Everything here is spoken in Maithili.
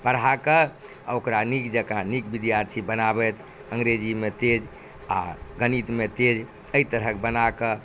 पढ़ा कऽ आ ओकरा नीक जेकाँ नीक विद्यार्थी बनाबथि अंग्रेजीमे तेज आ गणितमे तेज एहि तरहक बनाकऽ